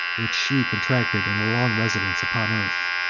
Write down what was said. which she contracted in a long residence upon earth,